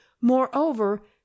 moreover